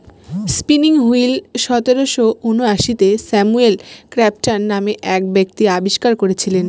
spinning wheel সতেরোশো ঊনআশিতে Samuel Crompton নামে এক ব্যক্তি আবিষ্কার করেছিলেন